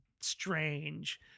strange